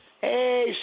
Hey